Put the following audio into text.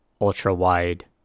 ultra-wide